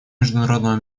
международного